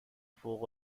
فوق